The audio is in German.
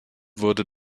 wurde